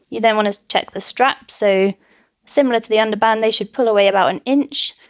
you then want to check the straps so similar to the under band, they should pull away about an inch.